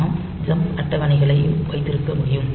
நாம் ஜம்ப் அட்டவணைகளையும் வைத்திருக்க முடியும்